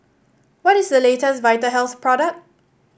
what is the latest Vitahealth product